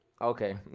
Okay